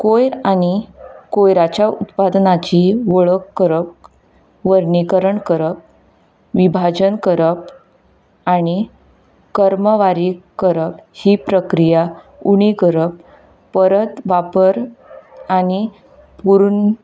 कयर आनी कयराच्या उत्पादनाची वळख करप वर्णीकरण करप विभाजन करप आनी कर्मवारी करप ही प्रक्रिया उणी करप परत वापर आनी